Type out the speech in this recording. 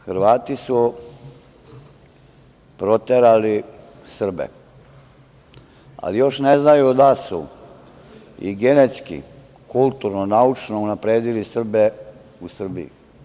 Hrvati su proterali Srbe, ali još ne znaju da su i genetski, kulturno, naučno unapredili Srbe u Srbiji.